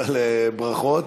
אבל ברכות.